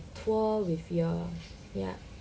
tour with your yup